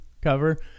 cover